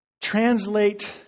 translate